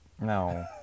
No